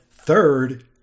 Third